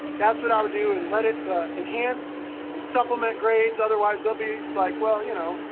that's what i would do and let it enhance and supplement grades. otherwise they'll be like, well, you know,